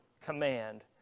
command